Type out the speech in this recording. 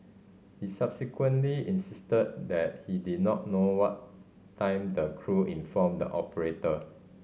he subsequently insisted that he did not know what time the crew informed the operator